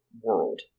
world